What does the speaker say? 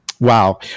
Wow